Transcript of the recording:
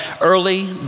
Early